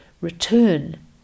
return